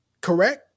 correct